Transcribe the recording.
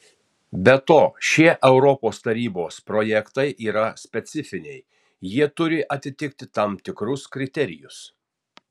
be to šie europos tarybos projektai yra specifiniai jie turi atitikti tam tikrus kriterijus